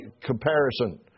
comparison